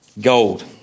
Gold